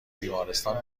بیمارستان